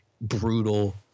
brutal